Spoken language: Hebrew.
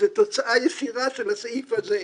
זו תוצאה ישירה של הסעיף הזה,